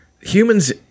humans